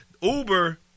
Uber